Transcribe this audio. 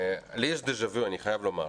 לי יש דז'ה וו, אני חייב לומר.